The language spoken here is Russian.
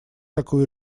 такую